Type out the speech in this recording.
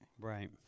Right